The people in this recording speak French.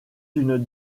une